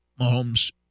Mahomes